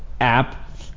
app